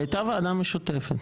היתה ועדה משותפת,